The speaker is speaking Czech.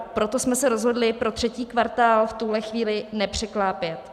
Proto jsme se rozhodli pro třetí kvartál v tuhle chvíli nepřeklápět.